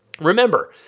Remember